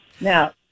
Now